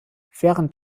während